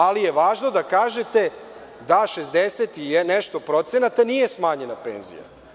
Ali, važno je da kažete da 60 i nešto procenata nije smanjena penzija.